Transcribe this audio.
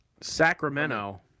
Sacramento